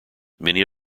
many